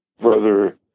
brother